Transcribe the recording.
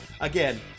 Again